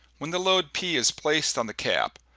when the load p is placed on the cap,